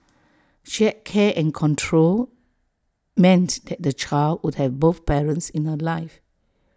shared care and control meant that the child would have both parents in her life